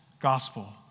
gospel